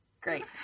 Great